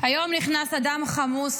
היום נכנס אדם חמוש